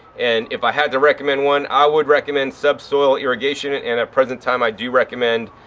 and if i had to recommend one, i would recommend sub soil irrigation. and and at present time i do recommend,